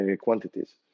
quantities